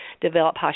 develop